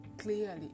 clearly